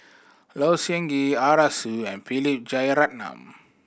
Low Siew Nghee Arasu and Philip Jeyaretnam